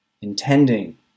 Intending